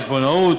חשבונאות,